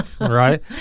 Right